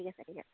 ঠিক আছে ঠিক আছে